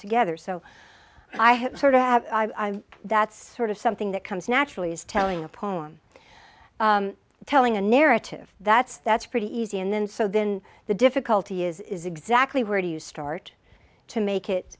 together so i have sort of that's sort of something that comes naturally is telling a poem telling a narrative that's that's pretty easy and then so then the difficulty is exactly where do you start to make it